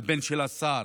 והבן של השר